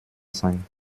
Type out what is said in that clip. sein